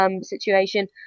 situation